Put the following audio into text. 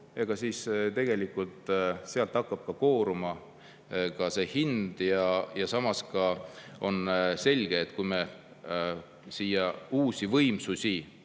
siis tegelikult sealt hakkab kooruma ka see hind. Samas on selge, et kui me siia uusi võimsusi